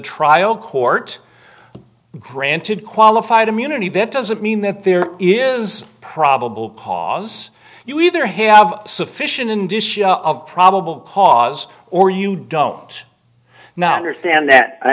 trial court granted qualified immunity that doesn't mean that there is probable cause you either have sufficient indicia of probable cause or you don't not understand that i